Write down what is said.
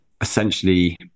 essentially